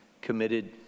committed